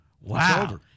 Wow